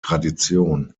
tradition